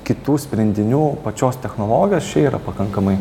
kitų sprendinių pačios technologijos čia yra pakankamai